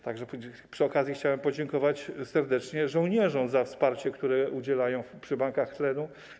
Tak że przy okazji chciałem podziękować serdecznie żołnierzom za wsparcie, którego udzielają przy bankach tlenu.